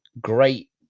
great